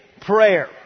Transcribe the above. prayer